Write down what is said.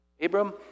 Abram